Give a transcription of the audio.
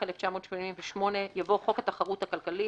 התשמ"ח 1988 "יבוא "חוק התחרות הכלכלית,